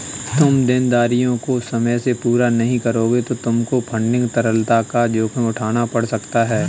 तुम देनदारियों को समय से पूरा नहीं करोगे तो तुमको फंडिंग तरलता का जोखिम उठाना पड़ सकता है